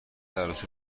عروسی